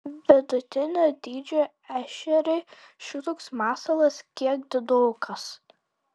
vidutinio dydžio ešeriui šitoks masalas kiek didokas